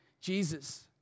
Jesus